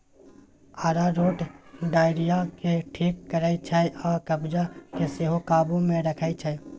अरारोट diarrhoea केँ ठीक करै छै आ कब्ज केँ सेहो काबु मे रखै छै